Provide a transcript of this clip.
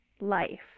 life